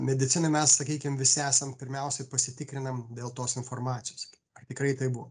medicinoj mes sakykim visi esam pirmiausiai pasitikrinam dėl tos informacijos ar tikrai taip buvo